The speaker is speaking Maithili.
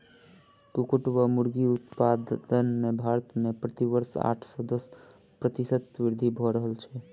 कुक्कुट वा मुर्गी उत्पादन मे भारत मे प्रति वर्ष आठ सॅ दस प्रतिशत वृद्धि भ रहल छै